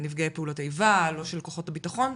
נפגעי פעולות איבה, לא של כוחות הבטחון.